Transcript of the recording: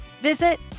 Visit